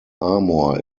armour